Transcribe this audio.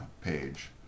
page